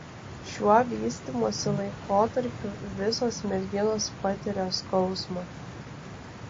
šiuo vystymosi laikotarpiu visos merginos patiria skausmą